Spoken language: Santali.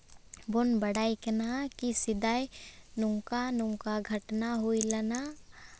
ᱵᱚᱱ ᱵᱟᱰᱟᱭ ᱠᱟᱱᱟ ᱠᱤ ᱥᱮᱫᱟᱭ ᱱᱚᱝᱠᱟ ᱱᱚᱝᱠᱟ ᱜᱷᱚᱴᱚᱱᱟ ᱦᱩᱭ ᱞᱮᱱᱟ